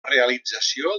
realització